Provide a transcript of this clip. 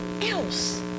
else